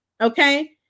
Okay